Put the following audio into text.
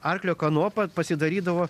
arklio kanopą pasidarydavo